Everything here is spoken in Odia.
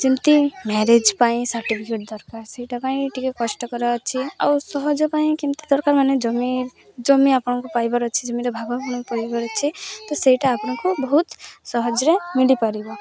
ଯେମିତି ମ୍ୟାରେଜ୍ ପାଇଁ ସାର୍ଟିଫିକେଟ୍ ଦରକାର ସେଇଟା ପାଇଁ ଟିକେ କଷ୍ଟକର ଅଛି ଆଉ ସହଜ ପାଇଁ କେମିତି ଦରକାର ମାନେ ଜମି ଜମି ଆପଣଙ୍କୁ ପାଇବାର ଅଛି ଜମି ତ ଭାଗ ଆପଣଙ୍କୁ ପାଇବାର ଅଛି ତ ସେଇଟା ଆପଣଙ୍କୁ ବହୁତ ସହଜରେ ମିଳିପାରିବ